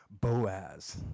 Boaz